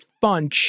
fun